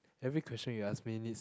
every question you ask me needs